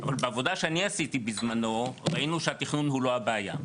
אבל בעבודה שאני עשיתי בזמנו ראינו שהתכנון הוא לא הבעיה.